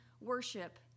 worship